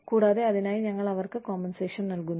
കൂടാതെ അതിനായി ഞങ്ങൾ അവർക്ക് കോമ്പൻസേഷൻ നൽകുന്നു